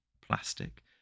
plastic